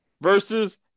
versus